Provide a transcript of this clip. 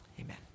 Amen